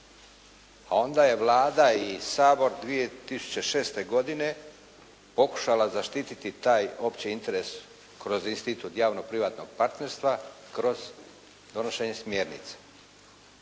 onda je Vlada i Sabor 2006. godine pokušala zaštititi taj opći interes kroz institut javno-privatnog partnerstva kroz donošenje smjernica.